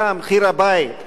מחיר הבית,